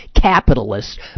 capitalists